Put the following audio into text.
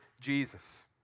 Jesus